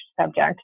subject